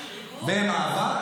למאבק